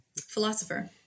philosopher